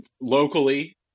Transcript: locally